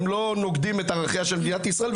הם לא נוגדים את ערכיה של מדינת ישראל,